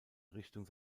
richtung